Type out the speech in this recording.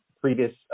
previous